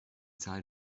zahl